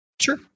sure